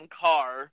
car